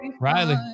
Riley